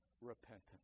repentance